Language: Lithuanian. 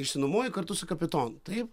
išsinuomoju kartu su kapitonu taip